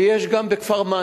ויש גם בכפר-מנדא.